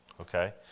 Okay